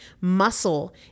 Muscle